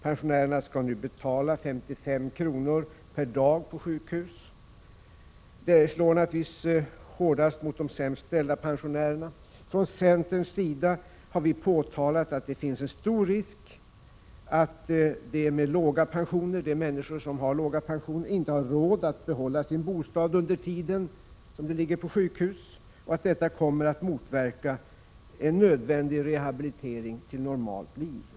Pensionärerna skall nu betala 55 kr. per dag på sjukhus. Detta slår naturligtvis hårdast mot de sämst ställda pensionärerna. Från centerns sida har vi påtalat att det finns en stor risk för att människor med låga pensioner inte har råd att behålla sin bostad under den tid då de ligger på sjukhus och att detta kommer att motverka en nödvändig rehabilitering till ett normalt liv.